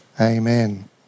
Amen